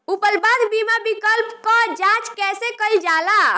उपलब्ध बीमा विकल्प क जांच कैसे कइल जाला?